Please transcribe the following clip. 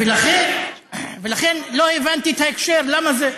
ולכן לא הבנתי את ההקשר, למה זה.